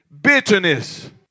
bitterness